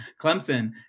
Clemson